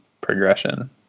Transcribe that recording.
progression